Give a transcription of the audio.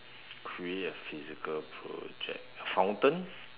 create a physical project fountain